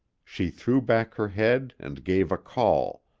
she threw back her head and gave a call.